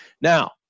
Now